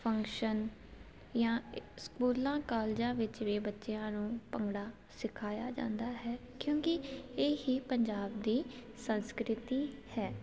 function ਜਾਂ ਇ ਸਕੂਲਾਂ ਕਾਲਜਾਂ ਵਿੱਚ ਵੀ ਬੱਚਿਆਂ ਨੂੰ ਭੰਗੜਾ ਸਿਖਾਇਆ ਜਾਂਦਾ ਹੈ ਕਿਉਂਕਿ ਇਹ ਹੀ ਪੰਜਾਬ ਦੀ ਸੰਸਕ੍ਰਿਤੀ ਹੈ